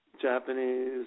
Japanese